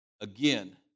again